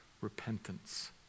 repentance